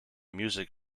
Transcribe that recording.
music